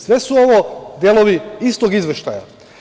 Sve su ovo delovi istog izveštaja.